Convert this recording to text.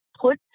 put